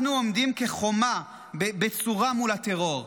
אנחנו עומדים כחומה בצורה מול הטרור.